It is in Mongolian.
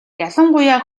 ялангуяа